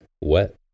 wet